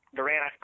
Durant